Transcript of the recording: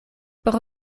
por